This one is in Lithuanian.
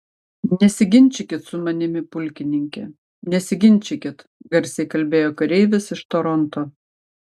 nesiginčykit su manimi pulkininke nesiginčykit garsiai kalbėjo kareivis iš toronto